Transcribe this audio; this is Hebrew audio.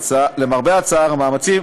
למרבה הצער, המאמצים